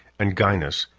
and gainas,